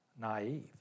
naive